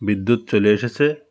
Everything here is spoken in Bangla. বিদ্যুৎ চলে এসেছে